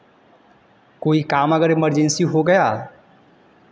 कोई काम अगर इमरजेंसी हो गया